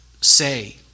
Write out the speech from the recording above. say